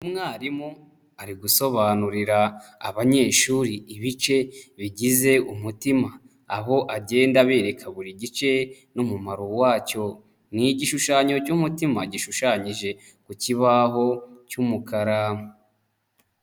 Umwarimu ari gusobanurira abanyeshuri ibice bigize umutima. Aho agenda aberereka buri gice n'umumaro wacyo. Ni igishushanyo cy'umutima gishushanyije ku kibaho cy'umukara.